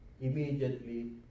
immediately